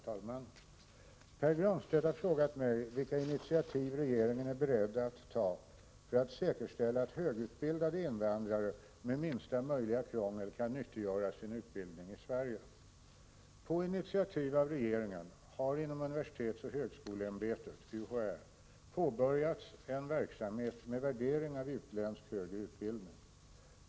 Herr talman! Pär Granstedt har frågat mig vilka initiativ regeringen är beredd att ta för att säkerställa att högutbildade invandrare med minsta möjliga krångel kan nyttiggöra sin utbildning i Sverige. På initiativ av regeringen har inom universitetsoch högskoleämbetet påbörjats en verksamhet med värdering av utländsk högre utbildning.